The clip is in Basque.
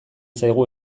zaigu